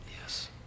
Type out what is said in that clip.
Yes